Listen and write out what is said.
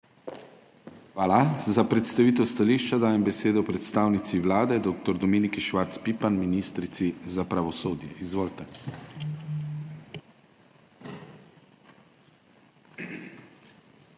Hvala. Za predstavitev stališča dajem besedo predstavnici Vlade dr. Dominiki Švarc Pipan, ministrici za pravosodje. Izvolite.